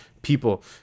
people